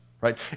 right